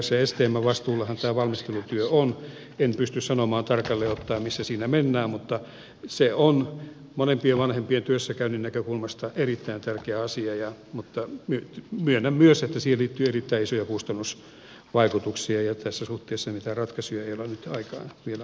stmn vastuullahan tämä valmistelutyö on en pysty sanomaan tarkalleen ottaen missä siinä mennään mutta se on molempien vanhempien työssäkäynnin näkökulmasta erittäin tärkeä asia mutta myönnän myös että siihen liittyy erittäin isoja kustannusvaikutuksia ja tässä suhteessa niitä ratkaisuja ei ole nyt vielä aikaansaatu